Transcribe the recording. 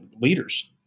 leaders